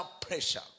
pressure